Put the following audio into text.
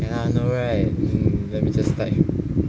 ya no right mm let me just type